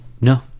No